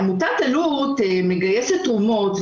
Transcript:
עמותת אלו"ט מגייסת תרומות,